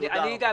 תודה רבה.